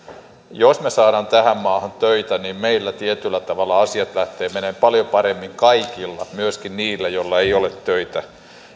jos me saamme tähän maahan töitä niin meillä tietyllä tavalla asiat lähtevät menemään paljon paremmin kaikilla myöskin niillä joilla ei ole töitä